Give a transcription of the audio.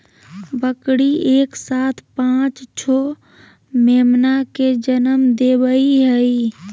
बकरी एक साथ पांच छो मेमना के जनम देवई हई